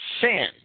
sin